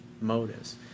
motives